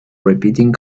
repeating